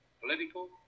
political